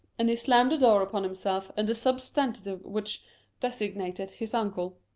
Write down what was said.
and he slammed the door upon himself and the substantive which desig nated his uncle.